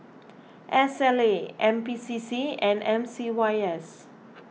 S L A N P C C and M C Y S